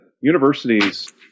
universities